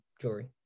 jewelry